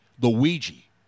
Luigi